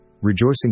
rejoicing